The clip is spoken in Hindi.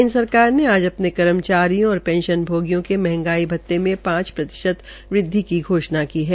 केन्द्र सरकार ने आज अपने कर्मचारियों और पेंशनभोगियों के महंगाई भत्ते में पांच प्रतिशत बढ़ोतरी की घोषणा की है